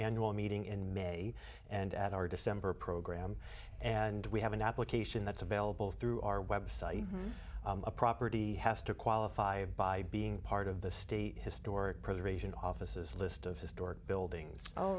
annual meeting in may and at our december program and we have an application that's available through our website a property has to qualify by being part of the state historic preservation offices list of historic buildings oh